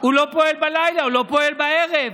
הוא לא פועל בלילה, הוא לא פועל בערב.